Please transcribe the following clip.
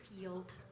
field